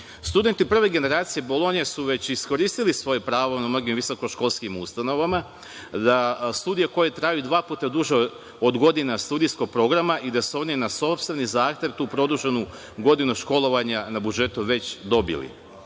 Studenti prve generacije Bolonje su već iskoristili svoje pravo na mnogim visokoškolskim ustanovama da studije koju traju dva puta duže od godina studentskog programa i da su oni na sopstveni zahtev tu produženu godinu školovanja na budžetu već dobili.